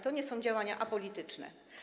To nie są działania apolityczne.